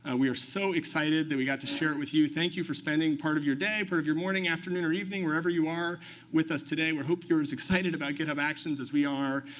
ah we are so excited that we got to share it with you. thank you for spending part of your day, part of your morning, afternoon, or evening wherever you are with us today. we're hope you're as excited about github actions as we are,